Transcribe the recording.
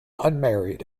unmarried